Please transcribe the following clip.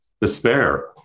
despair